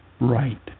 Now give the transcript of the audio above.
right